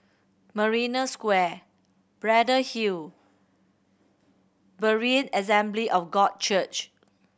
Marina Square Braddell Hill and Berean Assembly of God Church